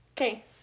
Okay